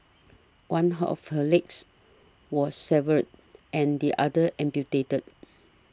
one of her legs was several and the other amputated